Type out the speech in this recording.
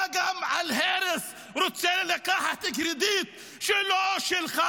אתה, גם על הרס רוצה לקחת קרדיט שלא שלך.